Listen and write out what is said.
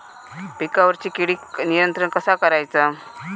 पिकावरची किडीक नियंत्रण कसा करायचा?